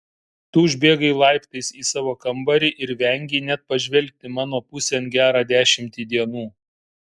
tu užbėgai laiptais į savo kambarį ir vengei net pažvelgti mano pusėn gerą dešimtį dienų